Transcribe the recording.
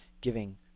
giving